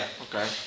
Okay